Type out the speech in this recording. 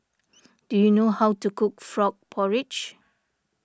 do you know how to cook Frog Porridge